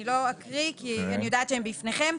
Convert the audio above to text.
אני לא אקריא כי אני יודעת שהן בפניכם.